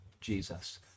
Jesus